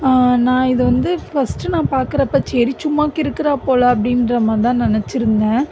நான் இதை வந்து ஃபஸ்ட்டு நான் பார்க்குறப்ப சரி சும்மா கிறுக்கிறாப் போல் அப்படின்ற மாதிரிதான் நினச்சிருந்தேன்